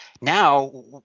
now